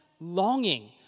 longing